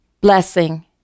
blessing